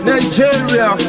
Nigeria